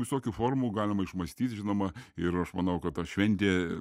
visokių formų galima išmąstyt žinoma ir aš manau kad ta šventė